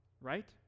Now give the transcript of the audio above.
right